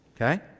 Okay